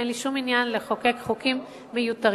אין לי שום עניין לחוקק חוקים מיותרים.